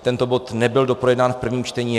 Tento bod nebyl doprojednán v prvním čtení.